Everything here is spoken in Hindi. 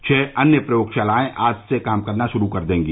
छह अन्य प्रयोगशालाएं आज से काम करना शुरू कर देंगी